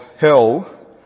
hell